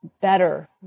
better